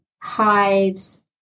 hives